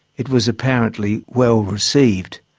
it was apparently well received.